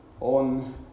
on